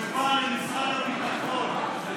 התשובה היא משרד הביטחון.